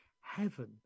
heaven